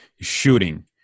shooting